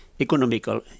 economical